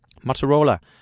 Motorola